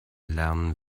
lernen